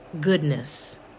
goodness